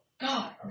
God